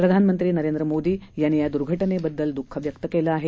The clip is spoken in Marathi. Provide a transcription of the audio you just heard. प्रधानमंत्री नरेंद्र मोदी यांनी या दुर्घटने बद्दल दुःख व्यक्त केलं आहे